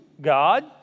God